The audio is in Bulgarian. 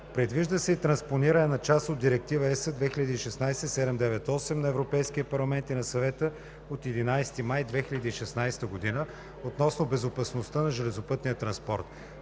Предвижда се и транспониране на част от Директива (ЕС) 2016/798, на Европейския парламент и на Съвета от 11 май 2016 г., относно безопасността на железопътния транспорт.